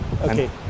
okay